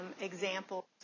examples